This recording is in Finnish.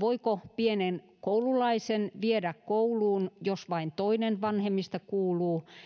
voiko pienen koululaisen viedä kouluun jos vain toinen vanhemmista kuuluu